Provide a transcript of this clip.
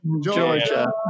Georgia